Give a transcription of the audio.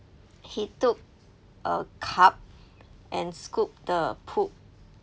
he took a cup and scoop the poop